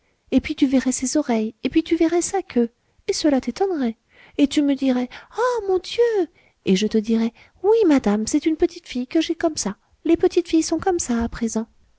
et puis tu verrais ses oreilles et puis tu verrais sa queue et cela t'étonnerait et tu me dirais ah mon dieu et je te dirais oui madame c'est une petite fille que j'ai comme ça les petites filles sont comme ça à présent